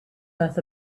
earth